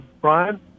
brian